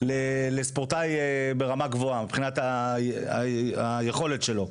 לספורטאי ברמה גבוהה מבחינת היכולת שלו.